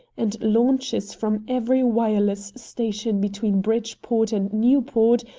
and launches from every wireless station between bridgeport and newport,